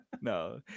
No